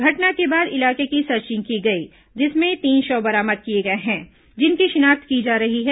घटना के बाद इलाके की सर्चिंग की गई जिसमें तीन शव बरामद किए गए हैं जिनकी शिनाख्त की जा रही है